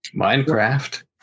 minecraft